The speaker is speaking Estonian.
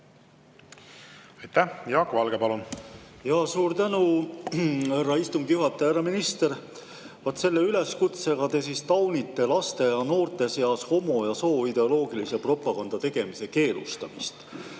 Aitäh! Jaak Valge, palun! Suur tänu, härra istungi juhataja! Härra minister! Vaat selle üleskutsega te taunite laste ja noorte seas homo‑ ja sooideoloogilise propaganda tegemise keelustamist